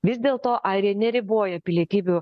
vis dėlto airija neriboja pilietybių